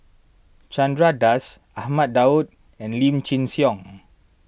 Chandra Das Ahmad Daud and Lim Chin Siong